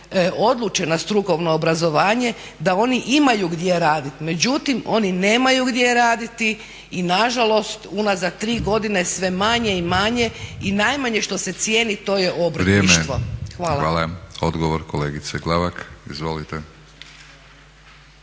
odluče na strukovno obrazovanje da oni imaju gdje raditi. Međutim, oni nemaju gdje raditi i nažalost unazad tri godine sve manje i manje i najmanje što se cijeni to je obrtništvo. Hvala. **Batinić, Milorad (HNS)** Vrijeme.